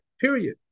Period